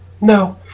No